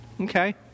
Okay